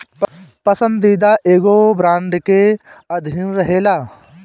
पसंदीदा शेयर एगो बांड के अधीन रहेला